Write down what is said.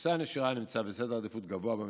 נושא הנשירה נמצא בעדיפות גבוהה במשרדנו.